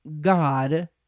God